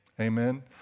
Amen